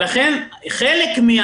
לכן חלק מן